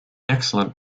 excellent